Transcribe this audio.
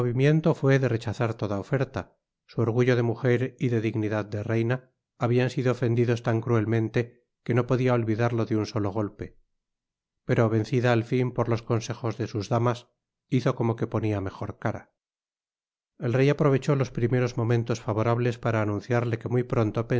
fué de rechazar toda oferta su orgullo de mujer y de dignidad de reina habian sido ofendidos tan cruelmente que no podia olvidarlo de un solo golpe pero vencida al fin por los consejos de sus damas hizo como que ponia mejor cara el rey aprovechó los primeros momentos favorables para anunciarle que muy pronto